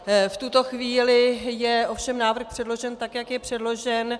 V tuto chvíli je ovšem návrh předložen tak, jak je předložen.